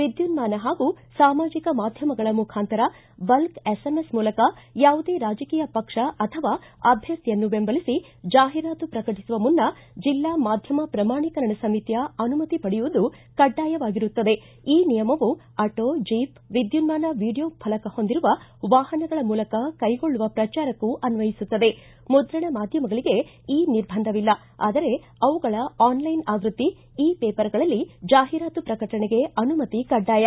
ವಿದ್ಯುನ್ನಾನ ಹಾಗೂ ಸಾಮಾಜಿಕ ಮಾಧ್ಯಮಗಳ ಮುಖಾಂತರ ಬಲ್ಕ್ ಎಸ್ಎಂಎಸ್ ಮೂಲಕ ಯಾವುದೇ ರಾಜಕೀಯ ಪಕ್ಷ ಅಥವಾ ಅಭ್ಯರ್ಥಿಯನ್ನು ಬೆಂಬಲಿಸಿ ಜಾಹೀರಾತು ಪ್ರಕಟಿಸುವ ಮುನ್ನ ಜಿಲ್ಲಾ ಮಾಧ್ಯಮ ಪ್ರಮಾಣೀಕರಣ ಸಮಿತಿಯ ಅನುಮತಿ ಪಡೆಯುವುದು ಕಡ್ಡಾಯವಾಗಿರುತ್ತದೆ ಈ ನಿಯಮವು ಆಟೋ ಜೀಪ್ ವಿದ್ಯುನ್ಮಾನ ವಿಡಿಯೋ ಫಲಕ ಹೊಂದಿರುವ ವಾಹನಗಳ ಮೂಲಕ ಕೈಗೊಳ್ಳುವ ಪ್ರಚಾರಕ್ಕೂ ಆಸ್ವಯಿಸುತ್ತದೆ ಮುದ್ರಣ ಮಾಧ್ಯಮಗಳಿಗೆ ಈ ನಿರ್ಬಂಧ ಇಲ್ಲ ಆದರೆ ಅವುಗಳ ಆನ್ಲೈನ್ ಆವ್ಯಕ್ತಿ ಇ ಪೇಪರ್ಗಳಲ್ಲಿ ಜಾಹೀರಾತು ಪ್ರಕಟಣೆಗೆ ಅನುಮತಿ ಕಡ್ಡಾಯ